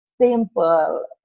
simple